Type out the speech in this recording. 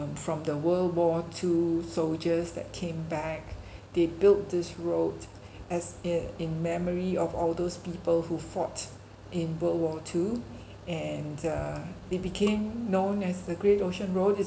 from the world war two soldiers that came back they built this road as uh in memory of all those people who fought in world war two and uh they became known as the great ocean road it's